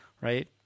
Right